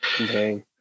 Okay